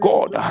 God